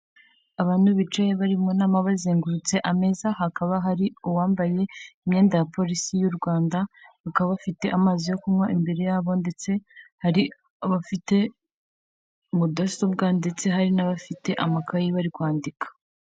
Abantu bicaye bari mu nama bazengurutse ameza, hakaba hari uwambaye imyenda ya polisi y'u Rwanda, bakaba bafite amazi yo kunywa imbere yabo ndetse hari abafite mudasobwa ndetse hari n'abafite amakayi bari kwandika.